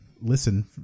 listen